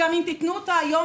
גם אם תיתנו אותה היום,